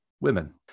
women